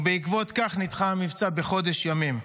ובעקבות זאת נדחה המבצע בחודש ימים.